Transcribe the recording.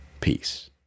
Peace